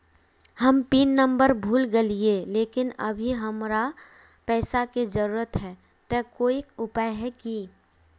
हम pin number भूल गेलिये लेकिन अभी हमरा पैसा के जरुरत है ते कोई उपाय है की?